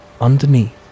Underneath